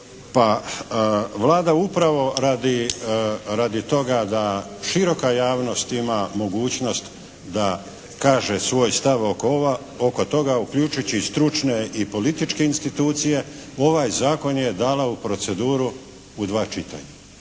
Pa, Vlada upravo radi toga da široka javnost ima mogućnost da kaže svoj stav oko toga uključujući i stručne i političke institucije ovaj zakon je dala u proceduru u dva čitanja.